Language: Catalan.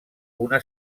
una